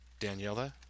Daniela